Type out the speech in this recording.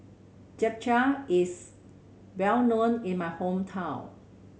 japchae is well known in my hometown